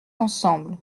ensemble